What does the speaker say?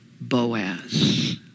Boaz